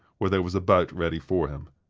where there was a boat ready for him.